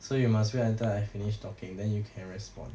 so you must wait until I finished talking then you can respond